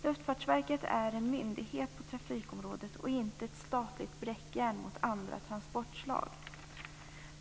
Luftfartsverket är en myndighet på trafikområdet och inte ett statligt bräckjärn mot andra transportslag.